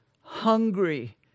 hungry